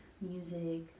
music